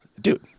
Dude